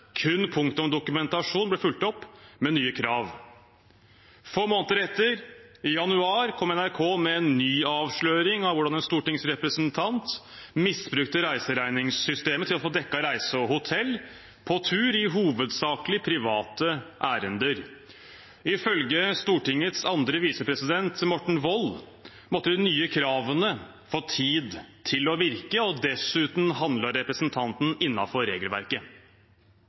Kun punktet om dokumentasjon ble fulgt opp med nye krav. Få måneder etter, i januar, kom NRK med en ny avsløring av hvordan en stortingsrepresentant misbrukte reiseregningssystemet til å få dekket reise og hotell på tur i hovedsakelig private ærender. Ifølge Stortingets andre visepresident, Morten Wold, måtte de nye kravene få tid til å virke, og dessuten handlet representanten innenfor regelverket.